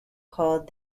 called